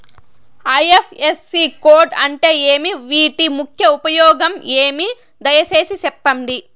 IFSC code అంటే ఏమి? వీటి ముఖ్య ఉపయోగం ఏమి? దయసేసి సెప్పండి?